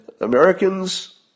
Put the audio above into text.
Americans